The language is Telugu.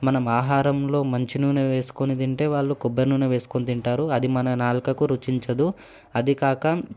మనం ఆహారంలో మంచి నూనె వేసుకొని తింటే వాళ్ళు కొబ్బరి నూనె వేసుకొని తింటారు అది మన నాలుకకు రుచించదు అదికాక